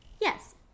Yes